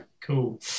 Cool